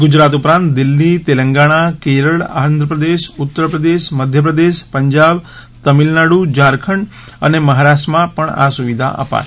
ગુજરાત ઉપરાંત દિલ્હી તેલંગણા કેરળ આંધ્રપ્રદેશ ઉત્તરપ્રદેશ મધ્યપ્રદેશ પંજાબ તમિલનાડુ ઝારખંડ અને મહારાષ્ટ્રમાં આ સુવિધા અપાશે